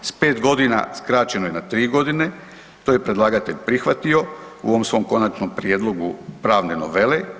S pet godina skraćeno je na tri godine, to je predlagatelj prihvatio u ovom svom konačnom prijedlogu pravne novele.